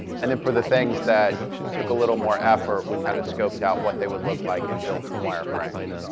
and then for the things that took a little more effort, we kind of scoped out what they would look like and built some wire frames.